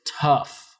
tough